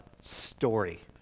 story